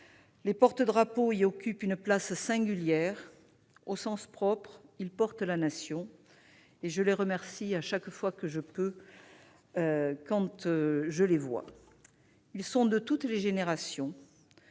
Les porte-drapeaux y occupent une place singulière. Au sens propre, ils portent la Nation. Je les en remercie chaque fois que je les rencontre. Ils sont de toutes les générations.